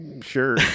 Sure